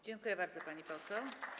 Dziękuję bardzo, pani poseł.